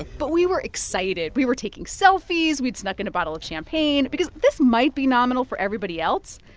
but we were excited. we were taking selfies. we'd snuck in a bottle of champagne. because this might be nominal for everybody else,